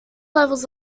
levels